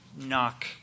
knock